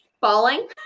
falling